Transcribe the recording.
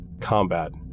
combat